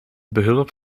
behulp